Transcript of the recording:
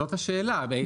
זאת השאלה.